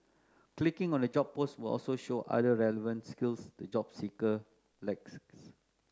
clicking on a job post will also show other relevant skills the job seeker lacks